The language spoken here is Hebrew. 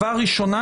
הבאה ראשונה